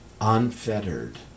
unfettered